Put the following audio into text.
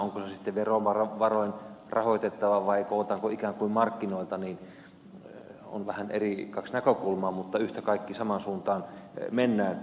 onko se sitten verovaroin rahoitettava vai kootaanko ikään kuin markkinoilta on vähän kaksi ero näkökulmaa mutta yhtä kaikki samaan suuntaan mennään